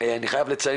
אני חייב לציין,